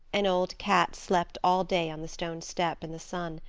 an old cat slept all day on the stone step in the sun,